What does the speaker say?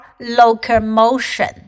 locomotion